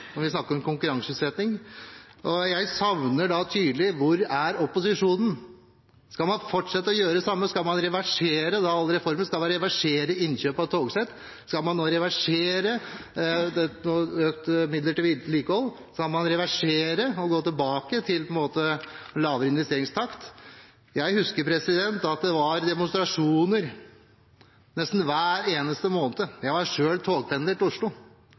når vi snakker om konkurranseutsetting. Jeg savner mer tydelighet: Hvor er opposisjonen? Skal man fortsette å gjøre det samme? Skal man reversere reformen? Skal man reversere innkjøp av togsett? Skal man nå reversere å gi mer midler til vedlikehold? Skal man reversere og gå tilbake til lavere investeringstakt? Jeg husker at det var demonstrasjoner nesten hver eneste måned. Jeg var selv togpendler til Oslo.